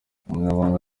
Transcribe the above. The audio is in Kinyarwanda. umunyamabanga